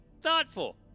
thoughtful